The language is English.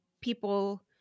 people